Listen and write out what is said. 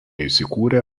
įsikūrę